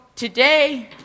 Today